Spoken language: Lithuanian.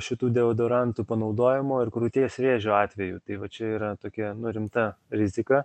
šitų deodorantų panaudojimo ir krūties vėžio atvejų tai va čia yra tokia nu rimta rizika